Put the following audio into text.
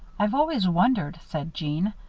i've always wondered, said jeanne,